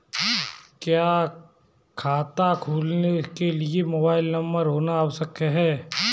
क्या खाता खोलने के लिए मोबाइल नंबर होना आवश्यक है?